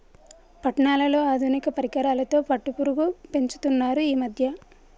పట్నాలలో ఆధునిక పరికరాలతో పట్టుపురుగు పెంచుతున్నారు ఈ మధ్య